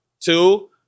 two